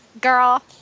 girl